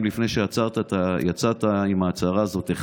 לפני שיצאת עם ההצהרה הזאת,